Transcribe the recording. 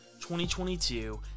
2022